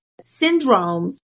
syndromes